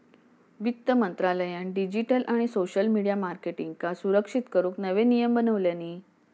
वित्त मंत्रालयान डिजीटल आणि सोशल मिडीया मार्केटींगका सुरक्षित करूक नवे नियम बनवल्यानी